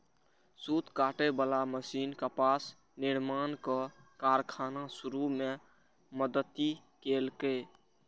सूत काटे बला मशीन कपास निर्माणक कारखाना शुरू मे मदति केलकै